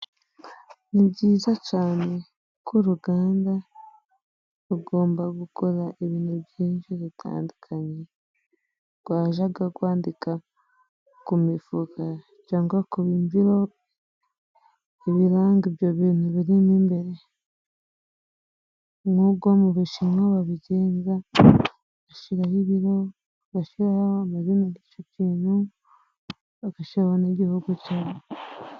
Ni byiza cyane ko uruganda rugomba gukora ibintu byinshi bitandukanye. Rwajyaga rwandika ku mifuka cyangwa ku bimvirope, ibiranga ibyo bintu birimo imbere. Nk'uko mu Bushinwa babigenza, bashyiraho ibiro, bashiraho amazina y'icyo kintu, bagashyiraho n'igihugu cya bo.